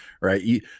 right